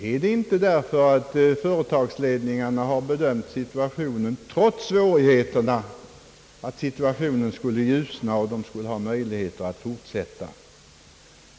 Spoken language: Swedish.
Är det inte därför att företagsledningarna ofta har bedömt situationen så, att läget trots svårigheter skulle ljusna och att företagen skulle ha möjligheter att fortsätta?